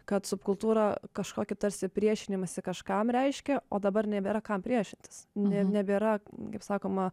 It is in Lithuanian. kad subkultūra kažkokį tarsi priešinimąsi kažkam reiškia o dabar nebėra kam priešintis ne nebėra kaip sakoma